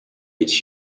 each